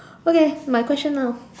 okay my question now